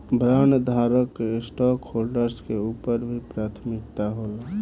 बॉन्डधारक के स्टॉकहोल्डर्स के ऊपर भी प्राथमिकता होला